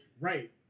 Right